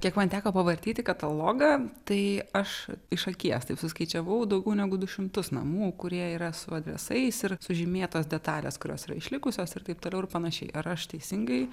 kiek man teko pavartyti katalogą tai aš iš akies taip suskaičiavau daugiau negu du šimtus namų kurie yra su adresais ir sužymėtos detalės kurios yra išlikusios ir taip toliau ir panašiai ar aš teisingai